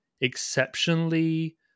exceptionally